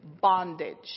bondage